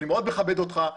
אני מאוד מכבד אותך.